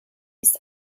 ist